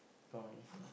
count lah